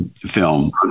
film